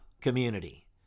community